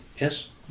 yes